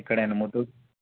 ఇక్కడే అండి ముత్తూర్